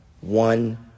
one